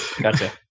gotcha